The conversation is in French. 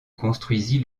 construisit